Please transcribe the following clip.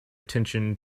attention